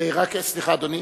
סליחה, אדוני.